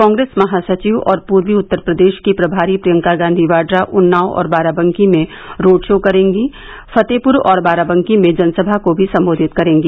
कॉग्रेस महासचिव पूर्वी उत्तर प्रदेश की प्रभारी प्रियंका गांधी वाड्रा उन्नाव बाराबंकी में रोड शो करेंगी और फतेहपुर और बाराबंकी जनसभा को सम्बोधित करेंगी